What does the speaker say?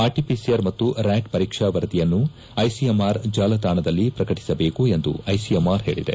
RTPCR ಮತ್ತು ರ್ರ್ಟಾಟ್ ಪರೀಕ್ಷಾ ವರದಿಯನ್ನು ಐಸಿಎಂಆರ್ ಜಾಲತಾಣದಲ್ಲಿ ಪ್ರಕಟಿಸದೇಕು ಎಂದು ಐಸಿಎಂಆರ್ ಹೇಳದೆ